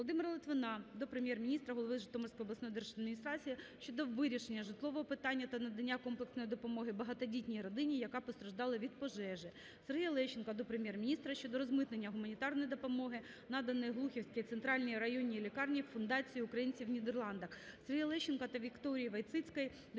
Володимира Литвина до Прем'єр-міністра, голови Житомирської облдержадміністрації щодо вирішення житлового питання та надання комплексної допомоги багатодітній родині, яка постраждала від пожежі. Сергія Лещенка до Прем'єр-міністра щодо розмитнення гуманітарної допомоги, наданої Глухівській центральній районній лікарні фундацією "Українці в Нідерландах. Сергія Лещенка та Вікторії Войціцької до